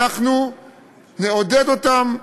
אנחנו נעודד אותן,